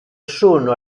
sono